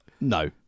No